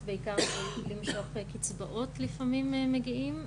בעיקר למשוך את הקצבאות לפעמים מגיעים,